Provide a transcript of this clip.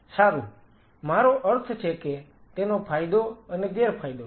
સારું મારો અર્થ છે કે તેનો ફાયદો અને ગેરફાયદો છે